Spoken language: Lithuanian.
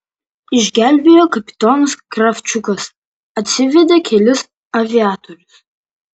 išgelbėjo kapitonas kravčiukas atsivedė kelis aviatorius